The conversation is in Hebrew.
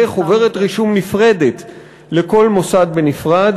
חוברת רישום נפרדת לכל מוסד בנפרד.